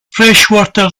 freshwater